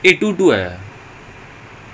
but it's only like fifteen percent